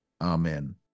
Amen